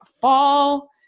fall